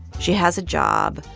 she has a job.